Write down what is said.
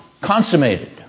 consummated